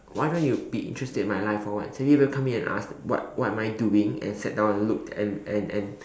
why don't you be interested in my life or what so do you ever come in and ask what what am I doing and sit down and looked and and and